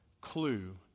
clue